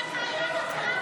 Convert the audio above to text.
תתביישו לכם מה קרה,